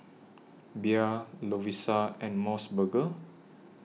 Bia Lovisa and Mos Burger